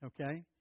okay